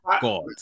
God